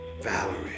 Valerie